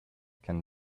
can